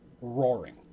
roaring